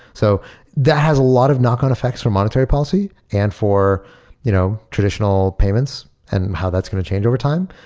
so that has a lot of knock on effects for monetary policy and you know traditional payments and how that's going to change over time.